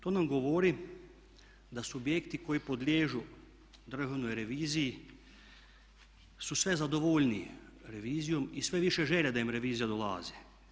To nam govori da subjekti koji podliježu državnoj reviziji su sve zadovoljniji revizijom i sve više žele da im revizije dolaze.